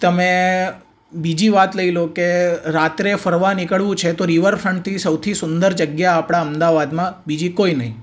તમે બીજી વાત લઈ લો કે રાત્રે ફરવા નીકળવું છે તો રિવરફ્રન્ટથી સૌથી સુંદર જગ્યા આપણાં અમદાવાદમાં બીજી કોઈ નહીં